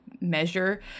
measure